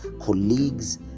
colleagues